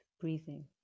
breathing